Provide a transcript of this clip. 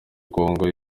congo